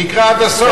תקרא עד הסוף.